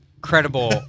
credible